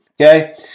okay